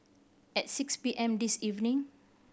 at six P M this evening